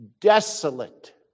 desolate